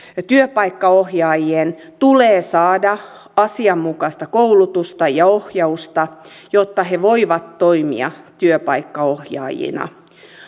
työpaikkaohjaajien tulee saada asianmukaista koulutusta ja ohjausta jotta he voivat toimia työpaikkaohjaajina